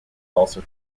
also